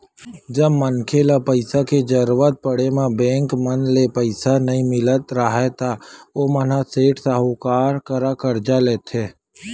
जब मनखे ल पइसा के जरुरत पड़े म बेंक मन ले पइसा नइ मिलत राहय ता ओमन ह सेठ, साहूकार करा करजा लेथे